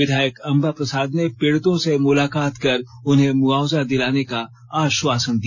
विधायक अंबा प्रसाद ने पीड़ितों से मुलाकात कर उन्हें मुआवजा दिलाने का आश्वासन दिया